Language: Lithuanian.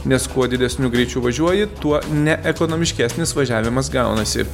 nes kuo didesniu greičiu važiuoji tuo neekonomiškesnis važiavimas gaunasi